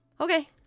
Okay